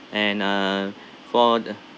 and uh for